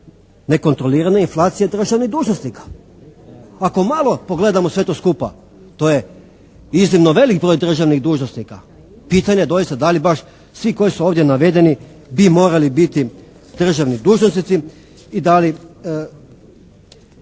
nekontrolirana inflacija državnih dužnosnika. Ako malo pogledamo sve to skupa to je iznimno velik broj državnih dužnosnika. Pitanje je doista da li baš svi koji su ovdje navedeni bi morali biti državni dužnosnici i da li